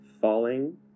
falling